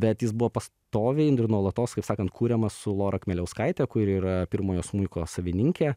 bet jis buvo pastoviai ir nuolatos kaip sakant kuriamas su lora kmieliauskaite kuri yra pirmojo smuiko savininkė